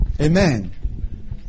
Amen